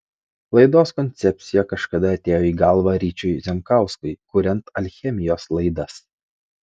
laidos koncepcija kažkada atėjo į galvą ryčiui zemkauskui kuriant alchemijos laidas